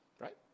Right